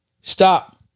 stop